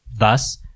Thus